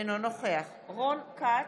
אינו נוכח רון כץ,